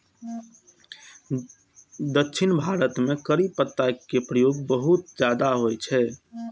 दक्षिण भारत मे करी पत्ता के प्रयोग बहुत ज्यादा होइ छै